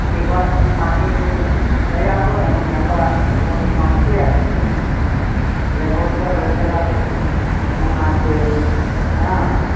એક વાર તમે માટી લઈ આવજો એનું સેમ્પલ આપણે લેબોરેટરીમાં મોકલી આપીશું લેબોટરી તો ઘણી જગ્યા પર છે પુના છે હં